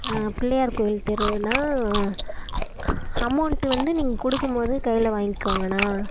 பிள்ளையார் கோயில் தெருண்ணா அமௌண்ட்டு வந்து நீங்கள் கொடுக்கும் போது கையில் வாங்கிக்கோங்கண்ணா